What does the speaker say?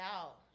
out